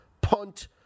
punt